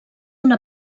una